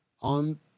On